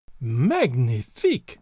Magnifique